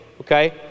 okay